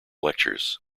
lectures